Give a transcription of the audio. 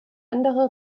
andere